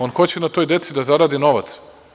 On hoće na toj deci da zaradi novac.